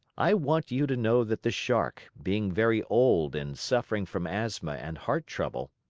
i want you to know that the shark, being very old and suffering from asthma and heart trouble,